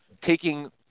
taking